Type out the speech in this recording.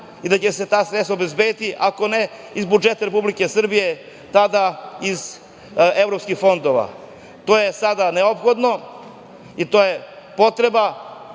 i da će se ta sredstva obezbediti, ako ne iz budžeta Republike Srbije, onda iz evropskih fondova. To je sada neophodno i to je potreba.